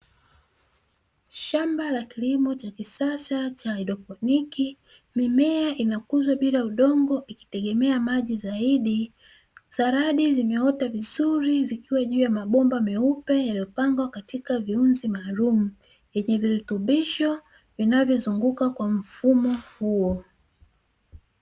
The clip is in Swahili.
Shamba la kilimo cha kisasa cha haidroponiki, mimea inakuzwa bila udongo, ikitegemea maji zaidi zaradi zimeota vizuri zikiwa juu ya mabomba meupe yaliyo pangwa katika viunzi maalumu yenye virutubisho vinavyozunguka kwa mfumo huo.